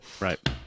Right